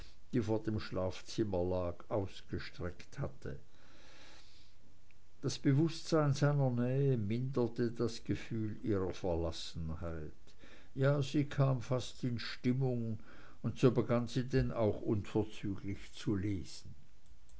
die vor dem schlafzimmer lag ausgestreckt hatte das bewußtsein seiner nähe minderte das gefühl ihrer verlassenheit ja sie kam fast in stimmung und so begann sie denn auch unverzüglich zu lesen